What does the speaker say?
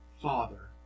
Father